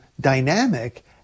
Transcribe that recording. dynamic